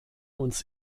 uns